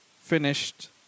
finished